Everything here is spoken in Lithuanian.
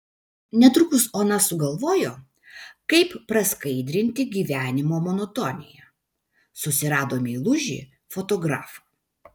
netrukus ona sugalvojo kaip praskaidrinti gyvenimo monotoniją susirado meilužį fotografą